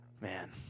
Man